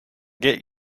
get